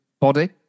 body